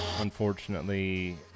unfortunately